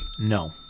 No